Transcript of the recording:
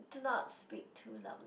do not speak too loud